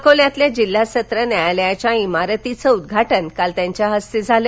अकोल्यातील जिल्हा सत्र न्यायालयाच्या इमारतीये उद्घाटन काल त्यांच्या हस्ते झाले